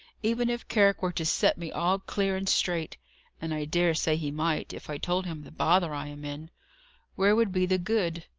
even if carrick were to set me all clear and straight and i dare say he might, if i told him the bother i am in where would be the good?